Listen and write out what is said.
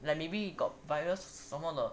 like maybe 有 got virus 什么的